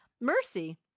Mercy